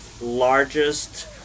largest